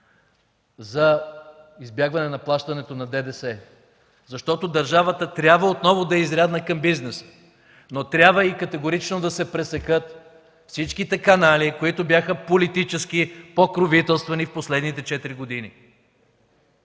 за избягване на плащането на ДДС. Защото държавата трябва отново да е изрядна към бизнеса, но трябва и категорично да се пресекат всичките канали, които бяха политически покровителствани в последните четири години.